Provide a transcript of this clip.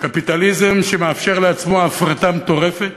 קפיטליזם שמאפשר לעצמו הפרטה מטורפת,